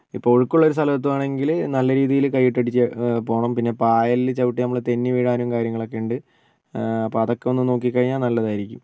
ഇപ്പോൾ ഒഴുക്കുള്ള ഒരു സ്ഥലമെത്തുവാണെങ്കിൽ നല്ല രീതീയിൽ കയ്യിട്ടടിച്ച് പോണം പിന്നെ പായലിൽ ചവിട്ടി നമ്മൾ തെന്നി വീഴാനും കാര്യങ്ങളൊക്കെയ്ണ്ട് അപ്പം അതൊക്കെ ഒന്ന് നോക്കി കഴിഞ്ഞാൽ നല്ലതായിരിക്കും